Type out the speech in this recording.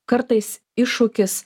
kartais iššūkis